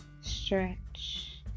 stretch